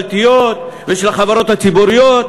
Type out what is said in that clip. של החברות הממשלתיות ושל החברות הציבוריות?